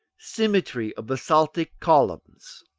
symmetry of basaltic columns.